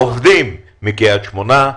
העובדים מקריית שמונה,